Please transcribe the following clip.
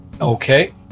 Okay